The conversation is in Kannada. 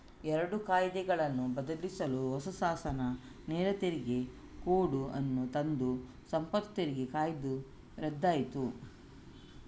ಎರಡು ಕಾಯಿದೆಗಳನ್ನು ಬದಲಿಸಲು ಹೊಸ ಶಾಸನ ನೇರ ತೆರಿಗೆ ಕೋಡ್ ಅನ್ನು ತಂದು ಸಂಪತ್ತು ತೆರಿಗೆ ಕಾಯ್ದೆ ರದ್ದಾಯ್ತು